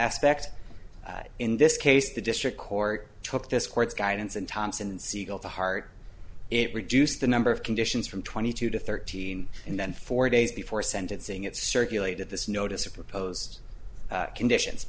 aspect in this case the district court took this court's guidance and thompson siegel to heart it reduced the number of conditions from twenty two to thirteen and then four days before sentencing it circulated this notice or proposed conditions